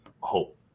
hope